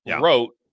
wrote